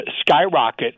skyrocket